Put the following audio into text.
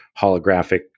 holographic